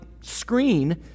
screen